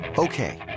Okay